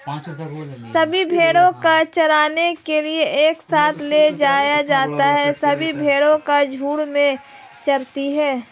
सभी भेड़ों को चराने के लिए एक साथ ले जाया जाता है सभी भेड़ें झुंड में चरती है